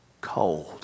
cold